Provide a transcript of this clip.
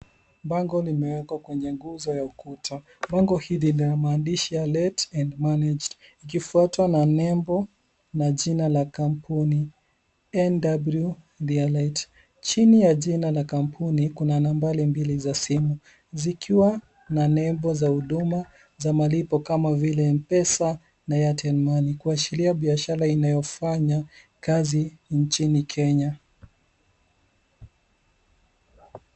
Bango limewekwa kwenye nguzo ya ukuta. Bango hili lina maandishi ya Let and Managed ikifuatwa na nembo na jina ya kampuni N.W. Delight. Chini ya jina la kampuni kuna nambari mbili za huduma, zikiwa na nembo za huduma za malipo kama vile Mpesa na Airtel money , kuashiria biashara inayofanya kazi nchini Kenya.